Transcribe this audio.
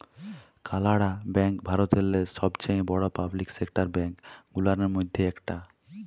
কালাড়া ব্যাংক ভারতেল্লে ছবচাঁয়ে বড় পাবলিক সেকটার ব্যাংক গুলানের ম্যধে ইকট